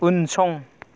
उनसं